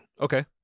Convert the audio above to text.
Okay